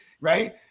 right